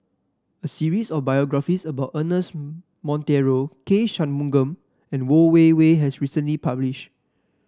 a series of biographies about Ernest Monteiro K Shanmugam and Yeo Wei Wei has recently publish